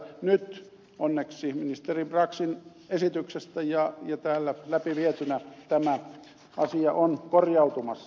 nyt onneksi ministeri braxin esityksestä ja täällä läpivietynä tämä asia on korjautumassa